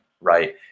right